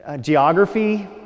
geography